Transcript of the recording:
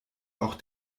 auch